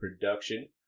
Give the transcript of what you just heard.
production